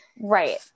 Right